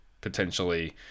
potentially